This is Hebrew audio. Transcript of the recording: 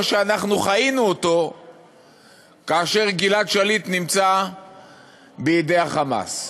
שאנחנו חיינו אותו כאשר גלעד שליט נמצא בידי ה"חמאס",